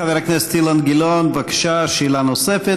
חבר הכנסת אילן גילאון, בבקשה, שאלה נוספת.